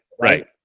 right